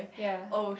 yea